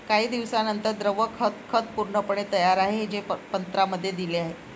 काही दिवसांनंतर, द्रव खत खत पूर्णपणे तयार आहे, जे पत्रांमध्ये दिले आहे